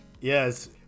Yes